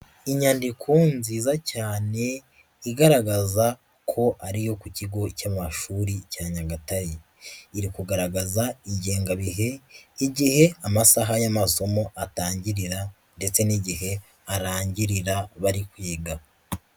Inyandiko nziza cyane, igaragaza ko ariyo ku kigo cy'amashuri cya Nyagatare. Iri kugaragaza ingengabihe, igihehe amasaha y'amasosomo atangirira ndetse n'igihe arangirira bari kwiga.